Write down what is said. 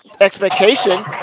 expectation